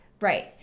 right